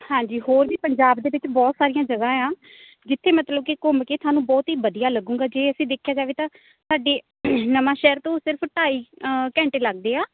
ਹਾਂਜੀ ਹੋਰ ਵੀ ਪੰਜਾਬ ਦੇ ਵਿੱਚ ਬਹੁਤ ਸਾਰੀਆਂ ਜਗ੍ਹਾ ਆ ਜਿੱਥੇ ਮਤਲਬ ਕਿ ਘੁੰਮ ਕੇ ਤੁਹਾਨੂੰ ਬਹੁਤ ਹੀ ਵਧੀਆ ਲੱਗੂਗਾ ਜੇ ਅਸੀਂ ਦੇਖਿਆ ਜਾਵੇ ਤਾਂ ਸਾਡੇ ਨਵਾਂ ਸ਼ਹਿਰ ਤੋਂ ਸਿਰਫ ਢਾਈ ਘੰਟੇ ਲੱਗਦੇ ਆ